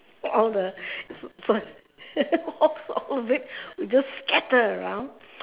all the all of it just scatter around